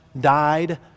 died